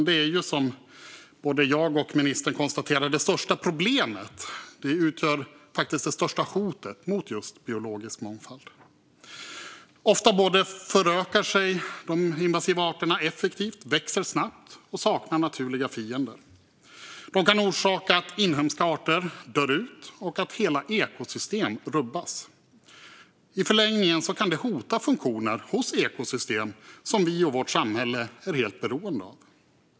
Det är som både jag och ministern konstaterade det största problemet. Det utgör det största hotet mot just biologisk mångfald. Ofta förökar sig de invasiva arterna effektivt och växer snabbt, och de saknar naturliga fiender. De kan orsaka att inhemska arter dör ut och att hela ekosystem rubbas. I förlängningen kan det hota funktioner hos ekosystem som vi och vårt samhälle är helt beroende av.